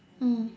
mm